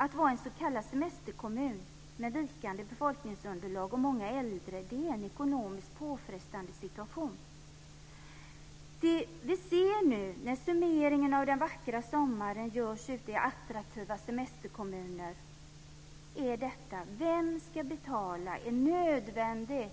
Att vara en s.k. semesterkommun med vikande befolkningsunderlag och många äldre är en ekonomiskt påfrestande situation. Den fråga vi nu ser uppstå, när summeringen av den vackra sommaren görs ute i attraktiva semesterkommuner, är denna: Vem ska betala en nödvändig